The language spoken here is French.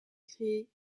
crée